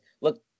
look